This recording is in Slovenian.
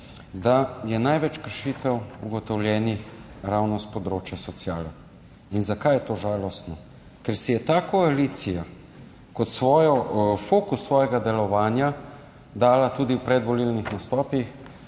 da je največ kršitev ugotovljenih ravno s področja sociale. In zakaj je to žalostno? Ker si je ta koalicija kot fokus svojega delovanja dala tudi v predvolilnih nastopih